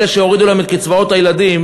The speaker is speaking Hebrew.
אלה שהורידו להם את קצבאות הילדים,